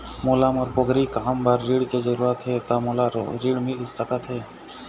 मोला मोर पोगरी काम बर ऋण के जरूरत हे ता मोला ऋण मिल सकत हे?